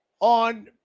On